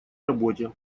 работе